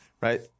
right